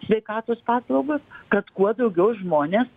sveikatos paslaugos kad kuo daugiau žmonės